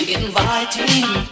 inviting